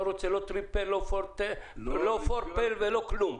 לא רוצה, לא טריפל, לא פורטה, לא פורפל ולא כלום.,